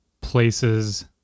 places